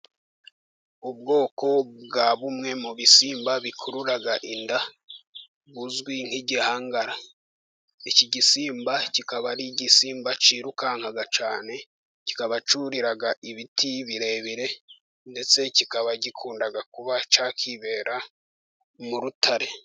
Ubwoko bwa bumwe mu bisimba bikurura inda buzwi nk'igihangara, iki gisimba kikaba ari igisimba cyirukanka cyane kikaba cyurira ibiti birebire ndetse kikaba gikunda kuba cyakibera mu rutare.